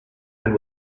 and